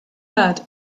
bad